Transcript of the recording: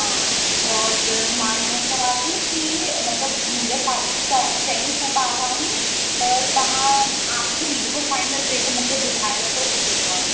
हा और मां इहो चवां थी कि मतिलबु मुंहिंजा साढी चार चईं सैं ॿार आहिनि त तव्हां आख़िरी बिल्कुलु फ़ाइनल रेट मूंखे ॿुधाए रखो केतिरो आहे